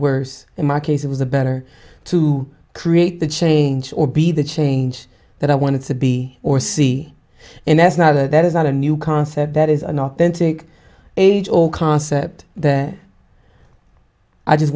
worse in my case it was a better to create the change or be the change that i wanted to be or see and that's not a that is not a new concept that is an authentic age or concept that i just